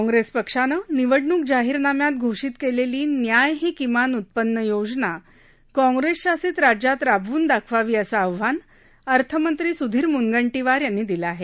काँग्रेस पक्षानं निवडणूक जाहीरनाम्यात घोषीत केलेली न्याय ही किमान उत्पन्न योजना कॉग्रेसशासित राज्यात राबवून दाखवावी असं आव्हान अर्थमंत्री सुधीर मुनगंटीवार यांनी दिलं आहे